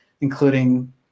including